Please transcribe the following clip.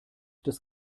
das